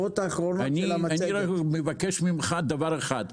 אני מבקש ממך דבר אחד,